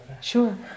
sure